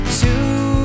two